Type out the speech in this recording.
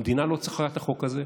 המדינה לא צריכה את החוק הזה.